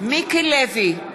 מיקי לוי,